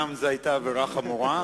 המשפחה,